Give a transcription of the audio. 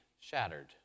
shattered